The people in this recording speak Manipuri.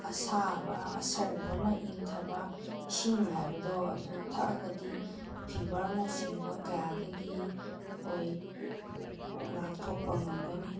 ꯑꯁꯥꯕ ꯑꯁꯧꯕꯅ ꯏꯪꯊꯕ ꯏꯁꯤꯡ ꯍꯥꯏꯕꯗꯣ ꯑꯗꯨ ꯊꯛꯑꯒꯗꯤ ꯐꯤꯕꯔꯅꯆꯤꯡꯕ ꯀꯌꯥꯗꯒꯤ ꯑꯩꯈꯣꯏ ꯉꯥꯛꯊꯣꯛꯄ ꯉꯝꯒꯅꯤ